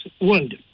world